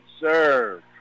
serve